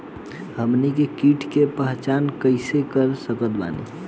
हमनी के कीट के पहचान कइसे कर सकत बानी?